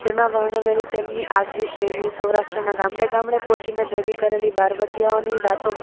તેમાં વર્ણવેલી તેમની આગવી શૈલી સૌરાષ્ટ્રના ગામડે ગામડે પોચીને ભેગી કરેલી બારવટિયાઓની વાતો